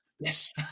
yes